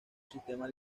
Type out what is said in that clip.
sistema